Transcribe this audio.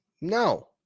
no